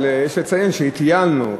אבל יש לציין שהתייעלנו,